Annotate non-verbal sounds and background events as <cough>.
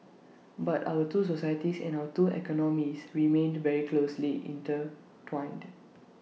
<noise> but our two societies and our two economies remained very closely intertwined